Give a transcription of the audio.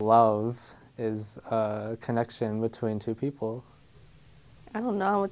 love is a connection between two people i don't know a